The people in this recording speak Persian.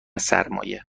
سرمایه